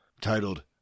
titled